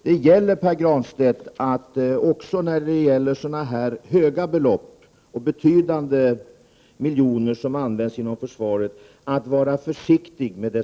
Det gäller, Pär Granstedt, att vara försiktig med decimalkommat också när det gäller så stora belopp som de som används inom försvaret.